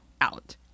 out